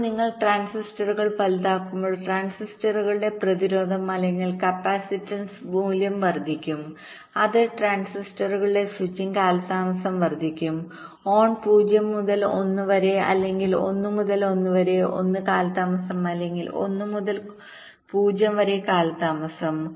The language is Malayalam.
ഇപ്പോൾ നിങ്ങൾ ട്രാൻസിസ്റ്ററുകൾ വലുതാക്കുമ്പോൾ ട്രാൻസിസ്റ്ററുകളുടെ പ്രതിരോധം അല്ലെങ്കിൽ കപ്പാസിറ്റൻസ് മൂല്യം വർദ്ധിക്കും അത് ട്രാൻസിസ്റ്ററുകളുടെ സ്വിച്ചിംഗ് കാലതാമസം വർദ്ധിപ്പിക്കും ഓൺ 0 മുതൽ 1 അല്ലെങ്കിൽ 1 മുതൽ 1 വരെ 1 കാലതാമസം അല്ലെങ്കിൽ 1 മുതൽ 0 വരെ കാലതാമസം